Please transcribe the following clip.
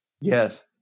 Yes